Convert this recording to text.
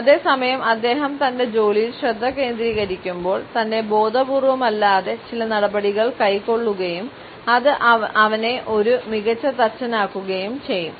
അതേസമയം അദ്ദേഹം തന്റെ ജോലിയിൽ ശ്രദ്ധ കേന്ദ്രീകരിക്കുമ്പോൾ തന്നെ ബോധപൂർവ്വം അല്ലാതെ ചില നടപടികൾ കൈക്കൊള്ളുകയും അത് അവനെ ഒരു മികച്ച തച്ചനാക്കുകയും ചെയ്യും